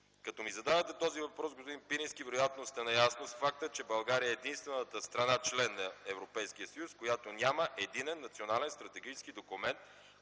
Като ми задавате този въпрос, господин Пирински, вероятно сте наясно с факта, че България е единствената страна – член на Европейския съюз, която няма единен национален стратегически документ,